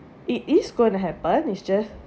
it is going to happen it's just